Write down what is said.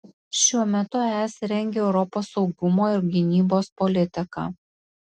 šiuo metu es rengia europos saugumo ir gynybos politiką